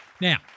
Now